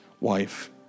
wife